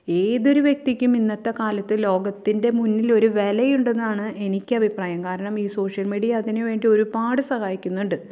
ഏതൊരു വ്യക്തിക്കും ഇന്നത്തെ കാലത്ത് ലോകത്തിൻ്റെ മുന്നില് ഒരു വിലയുണ്ടെന്നാണ് എനിക്ക് അഭിപ്രായം കാരണം ഈ സോഷ്യൽ മീഡിയ അതിനുവേണ്ടി ഒരുപാട് സഹായിക്കുന്നുണ്ട്